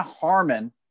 Harmon